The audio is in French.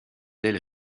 del